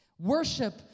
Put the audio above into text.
Worship